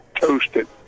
toasted